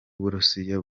burusiya